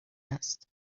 است